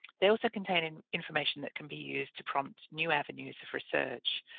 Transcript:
they also contain and information that can be used to prompt new avenues of research,